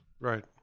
Right